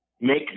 make